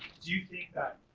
do you think that,